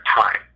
time